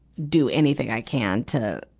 do anything i can to,